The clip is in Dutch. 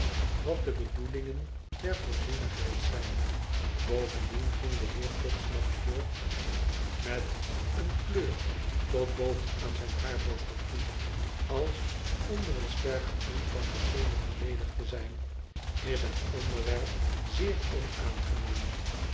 wat de bedoelingen der voorzienigheid zijn bovendien ging de heer podsnap voort met eene kleur tot boven aan zijn haarborstel toe als onder eeo sterk gevoel van persoonlijk beleedigd te zijn f is het onderwerp zeer onaangenaam